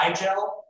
IGEL